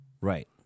Right